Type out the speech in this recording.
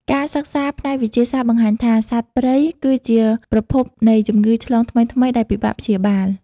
ការសិក្សាផ្នែកវិទ្យាសាស្ត្របង្ហាញថា សត្វព្រៃគឺជាប្រភពនៃជំងឺឆ្លងថ្មីៗដែលពិបាកព្យាបាល។